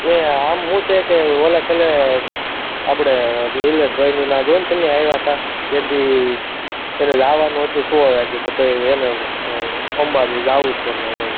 ને આમ શું છે કે હું ઓલા કાલે આપણે નિલેશભાઈને ત્યાં જોવોને તમે આવ્યા હતા તે દીવસે એને જવાનું હતું છ વાગ્યે તો પછી એને અંબાજી જવું હતું ને